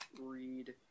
read